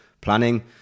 planning